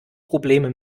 probleme